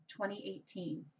2018